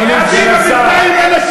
אדוני סגן השר.